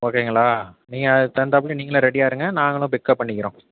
ஓகேங்களா நீங்கள் அதுக்கு தகுந்தாப்ல நீங்களும் ரெடியாக இருங்க நாங்களும் பிக்கப் பண்ணிக்கிறோம்